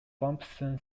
brompton